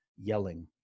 yelling